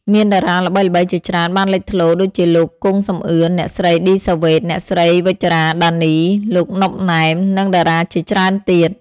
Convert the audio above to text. មានតារាល្បីៗជាច្រើនបានលេចធ្លោរដូចជាលោក គង់ សំអឿន អ្នកស្រី ឌី សាវ៉េត អ្នកស្រី វិជ្ជរ៉ា ដានី លោក ណុប ណែម និងតារាជាច្រើនទៀត។